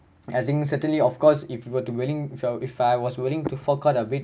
I think certainly of course if you were to willing if you if I was willing to fork out a bit